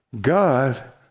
God